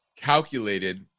calculated